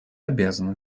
обязано